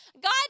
God